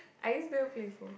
I used very playful